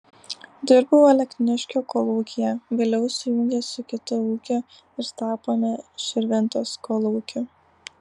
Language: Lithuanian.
dirbau alekniškio kolūkyje vėliau sujungė su kitu ūkiu ir tapome širvintos kolūkiu